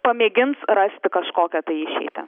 pamėgins rasti kažkokią tai išeitį